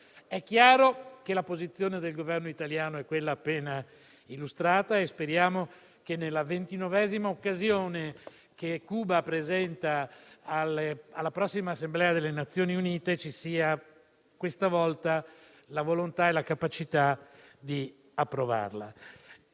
È chiaro che la posizione del Governo italiano è quella appena illustrata. Speriamo che nella ventinovesima occasione che Cuba presenta alla prossima Assemblea delle Nazioni Unite ci sia, questa volta, la volontà e la capacità di approvarla.